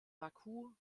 baku